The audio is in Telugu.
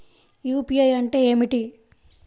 యూ.పీ.ఐ అంటే ఏమిటి?